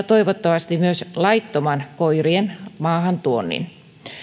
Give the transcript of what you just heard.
toivottavasti myös laittoman koirien maahantuonnin